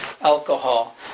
alcohol